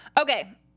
Okay